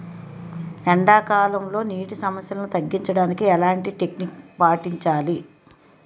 ఎండా కాలంలో, నీటి సమస్యలను తగ్గించడానికి ఎలాంటి టెక్నిక్ పాటించాలి?